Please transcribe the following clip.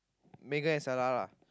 Megan and Stella lah